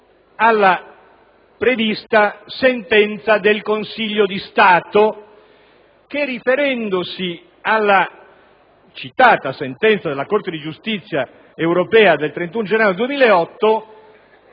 alla recente sentenza del Consiglio di Stato che, in applicazione della citata sentenza della Corte di giustizia europea del 31 gennaio 2008,